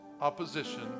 opposition